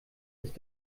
ist